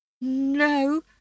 No